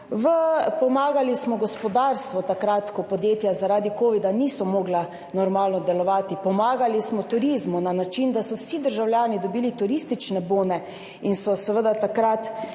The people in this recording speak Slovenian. pomagali smo gospodarstvu takrat, ko podjetja zaradi covida niso mogla normalno delovati, pomagali smo turizmu na način, da so vsi državljani dobili turistične bone in so seveda takrat